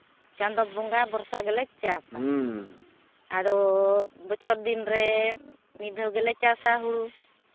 ᱪᱟᱸᱫᱚ ᱵᱚᱸᱜᱟ ᱵᱷᱚᱨᱥᱟ ᱜᱮᱞᱮ ᱪᱟᱥᱟ ᱟᱫᱚ ᱵᱚᱪᱷᱚᱨ ᱫᱤᱱ ᱨᱮ ᱢᱤᱫ ᱫᱷᱟᱣ ᱜᱮᱞᱮ ᱪᱟᱥᱟ ᱦᱩᱲᱩ